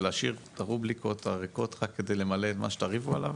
ולהשאיר את הרובריקות הריקות רק כדי למלא את מה שתריבו עליו?